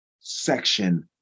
section